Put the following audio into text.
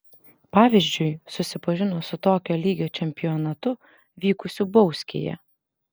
pavyzdžiui susipažino su tokio lygio čempionatu vykusiu bauskėje